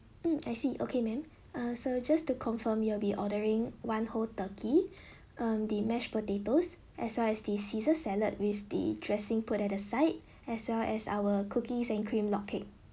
mm I see okay ma'am uh so just to confirm you'll be ordering one whole turkey um the mashed potatoes as well as the caesar salad with the dressing put at the side as well as our cookies and cream log cake